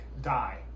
die